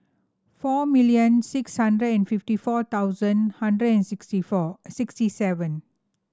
four million six hundred and fifty four thousand hundred and sixty four sixty seven